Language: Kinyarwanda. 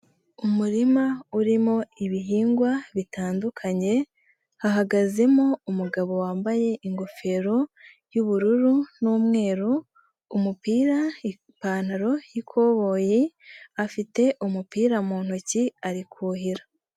Umurima urimo ibihingwa bitandukanye, hahagazemo umugabo wambaye ingofero y'ubururu n'umweru umupira, ipantaro y'ikoboyi afite umupira mu ntoki ari kuhira.